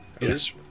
Yes